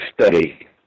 study